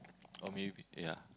or maybe ya